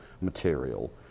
material